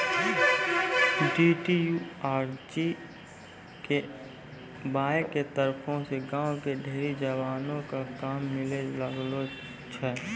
DDU आरु GKY के तरफो से गांव के ढेरी जवानो क काम मिलै लागलो छै